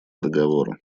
договора